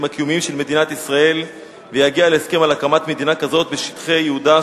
הקיומיים של מדינת ישראל ויגיע להסכם על הקמת מדינה כזאת בשטחי יהודה,